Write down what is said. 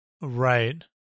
Right